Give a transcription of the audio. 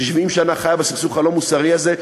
ש-70 שנה חיה בסכסוך הלא-מוסרי הזה.